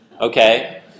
Okay